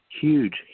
Huge